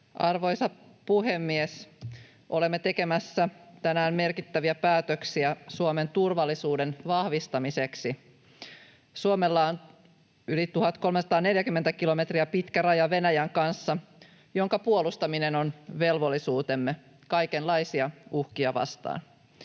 Arvoisa puhemies! Olemme tekemässä tänään merkittäviä päätöksiä Suomen turvallisuuden vahvistamiseksi. Suomella on yli 1 340 kilometriä pitkä raja Venäjän kanssa, ja sen puolustaminen on velvollisuutemme kaikenlaisia uhkia vastaan.